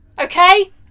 Okay